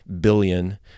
billion